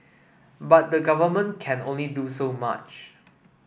but the Government can only do so much